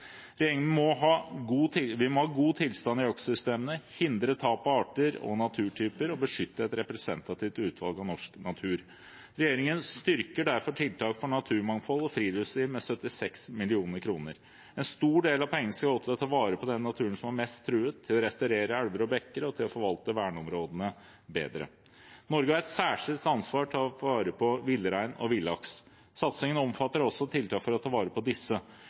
Vi må ha god tilstand i økosystemene, hindre tap av arter og naturtyper og beskytte et representativt utvalg av norsk natur. Regjeringen styrker derfor tiltak for naturmangfold og friluftsliv med 76 mill. kr. En stor del av pengene skal gå til å ta vare på den naturen som er mest truet, til å restaurere elver og bekker og til å forvalte verneområdene bedre. Norge har et særskilt ansvar for å ta vare på villrein og villaks. Satsingen omfatter også tiltak for å ta vare på disse.